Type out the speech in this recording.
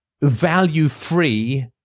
value-free